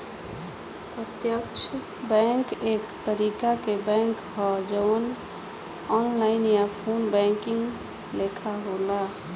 प्रत्यक्ष बैंक एक तरीका के बैंक ह जवन ऑनलाइन या फ़ोन बैंकिंग लेखा होला